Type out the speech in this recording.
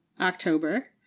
October